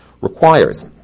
requires